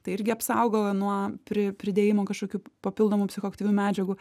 tai irgi apsaugo nuo pri pridėjimo kažkokių papildomų psichoaktyvių medžiagų